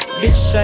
bitch